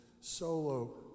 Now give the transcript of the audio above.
solo